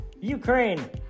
Ukraine